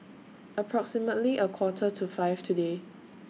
approximately A Quarter to five today